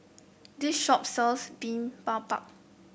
this shop sells Bimbabap